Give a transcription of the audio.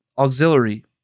auxiliary